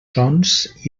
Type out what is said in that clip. sons